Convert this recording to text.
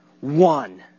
one